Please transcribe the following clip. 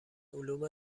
علوم